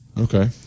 Okay